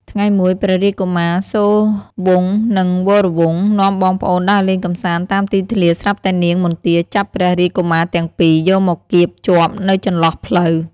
ថ្ងៃមួយ ព្រះរាជកុមារសូរវង្ស និងវរវង្ស នាំបងប្អូនដើរលេងកម្សាន្តតាមទីធ្លាស្រាប់តែនាងមន្ទាចាប់ព្រះរាជកុមារទាំងពីរ យកមកគាមជាប់នៅចន្លោះភ្លៅ។